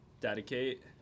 Dedicate